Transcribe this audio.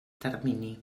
termini